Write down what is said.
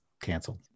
canceled